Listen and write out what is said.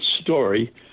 story